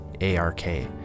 A-R-K